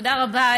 תודה רבה.